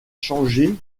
changé